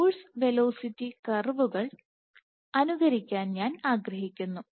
force velocity കർവുകൾ അനുകരിക്കാൻ ഞാൻ ആഗ്രഹിക്കുന്നു